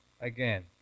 again